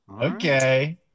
okay